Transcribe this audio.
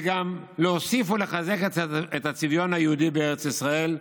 וגם להוסיף ולחזק את הצביון היהודי בארץ ישראל,